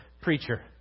preacher